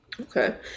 Okay